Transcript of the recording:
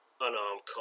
unarmed